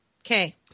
Okay